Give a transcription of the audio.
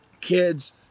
kids